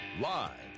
Live